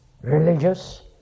Religious